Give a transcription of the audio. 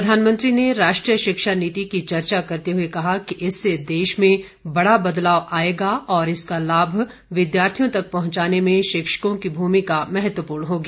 प्रधानमंत्री ने राष्ट्रीय शिक्षा नीति की चर्चा करते हुए कहा कि इससे देश में बड़ा बदलाव आएगा और इसका लाभ विद्यार्थियों तक पहुंचाने में शिक्षकों की भूमिका महत्वपूर्ण होगी